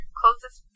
closest